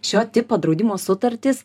šio tipo draudimo sutartys